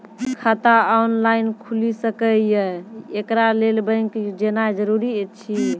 खाता ऑनलाइन खूलि सकै यै? एकरा लेल बैंक जेनाय जरूरी एछि?